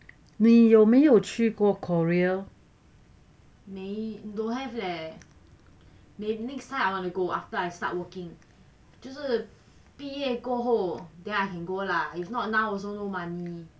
你有没有去过 korea